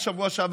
דגל התורה,